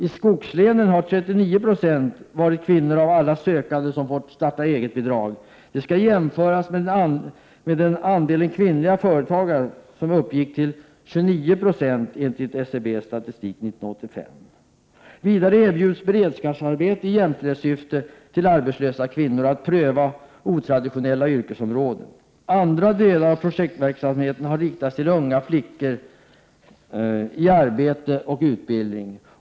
I skogslänen har 39 2 varit kvinnor av alla sökande som fått starta-egetbidrag. Det skall jämföras med att andelen kvinnliga företagare uppgick till 29 90 enligt SCB:s statistik 1985. Vidare erbjuds beredskapsarbete i jämställdhetssyfte till arbetslösa kvinnor för att pröva otraditionella yrkesområden. Andra delar av projektverksamheten har riktat sig till unga flickor i arbete och utbildning.